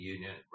Union